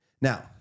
Now